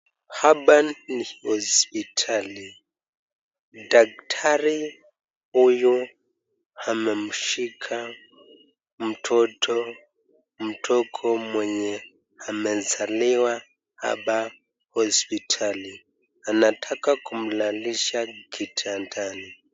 Hapa ni hospitali, daktari huyu amemshika mtoto mdogo mwenye amezaliwa hapa hospitali, anataka kumlalisha kitandani.